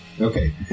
Okay